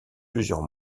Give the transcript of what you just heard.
plusieurs